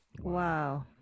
Wow